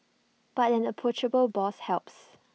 but an approachable boss helps